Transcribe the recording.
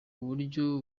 uburyo